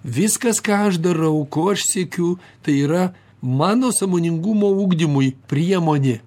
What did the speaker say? viskas ką aš darau ko aš siekiu tai yra mano sąmoningumo ugdymui priemonė